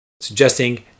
suggesting